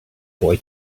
boy